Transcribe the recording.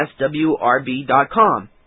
swrb.com